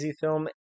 film